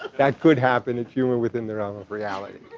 that could happen. it's humor within the realm of reality.